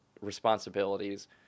responsibilities